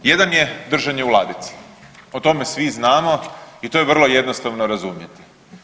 Jedan je držanje u ladici, o tome svi znamo i to je vrlo jednostavno razumjeti.